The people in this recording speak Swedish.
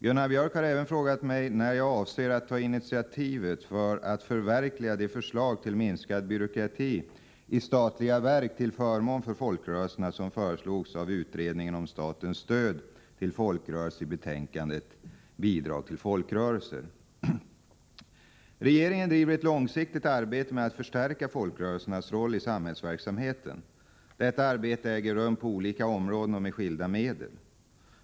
Gunnar Björk har även frågat när jag avser att ta initiativ för att förverkliga de förslag till minskad byråkrati i statliga verk till förmån för folkrörelserna som föreslogs av utredningen om statens stöd till folkrörelser i betänkandet Bidrag till folkrörelser. Regeringen driver ett långsiktigt arbete med att förstärka folkrörelsernas roll i samhällsverksamheten. Detta arbete äger rum på olika områden och med skilda medel.